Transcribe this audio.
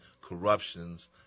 corruptions